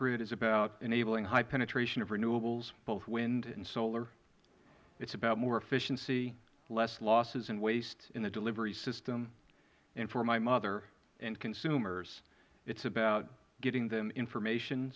grid is about enabling high penetration of renewables both wind and solar it is about more efficiency less losses and waste in a delivery system and for my mother and consumers it is about getting them information